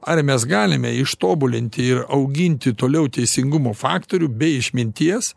ar mes galime ištobulinti ir auginti toliau teisingumo faktorių be išminties